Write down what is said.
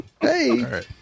Hey